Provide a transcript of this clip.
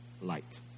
light